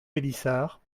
pélissard